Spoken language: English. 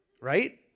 right